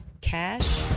Cash